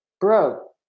Bro